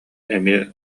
эмиэ